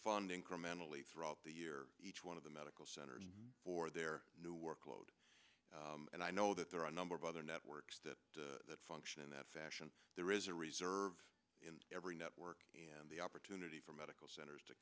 funding criminally throughout the year each one of the medical centers for their new workload and i know that there are a number of other networks that that function in that fashion there is a reserve in every network and the opportunity for medical centers to